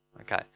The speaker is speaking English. okay